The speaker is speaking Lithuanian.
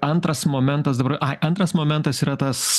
antras momentas dabar ai antras momentas yra tas